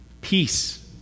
peace